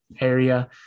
area